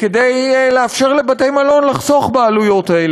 כדי לאפשר לבתי-מלון לחסוך בעלויות האלה